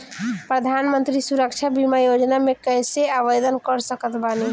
प्रधानमंत्री सुरक्षा बीमा योजना मे कैसे आवेदन कर सकत बानी?